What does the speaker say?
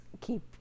keep